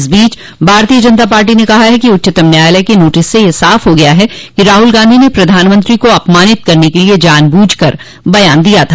इस बीच भारतीय जनता पार्टी ने कहा है कि उच्चतम न्यायालय के नोटिस से यह साफ हो गया है कि राहल गांधी ने प्रधानमंत्री को अपमानित करने के लिए जानबूझकर बयान दिया था